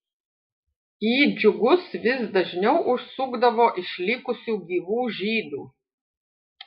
į džiugus vis dažniau užsukdavo išlikusių gyvų žydų